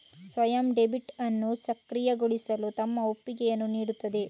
ಸ್ವಯಂ ಡೆಬಿಟ್ ಅನ್ನು ಸಕ್ರಿಯಗೊಳಿಸಲು ತಮ್ಮ ಒಪ್ಪಿಗೆಯನ್ನು ನೀಡುತ್ತದೆ